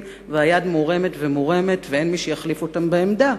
והיד מורמת ומורמת ואין מי שיחליף אותם בעמדה,